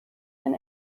ein